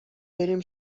بریم